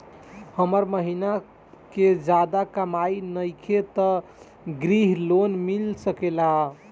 हमर महीना के ज्यादा कमाई नईखे त ग्रिहऽ लोन मिल सकेला?